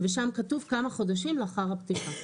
ושם כתוב כמה חודשים לאחר הפתיחה.